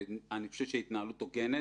ואני חושב שההתנהלות הוגנת.